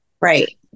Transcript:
Right